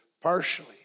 partially